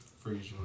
Freeze